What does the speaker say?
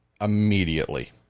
immediately